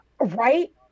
right